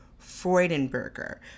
Freudenberger